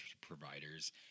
providers